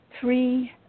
three